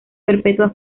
perpetua